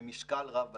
ומשקל רב בטיפול,